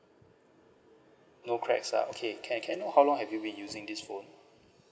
no cracks lah okay can can I know how long have you been using this phone